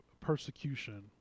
persecution